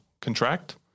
contract